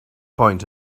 point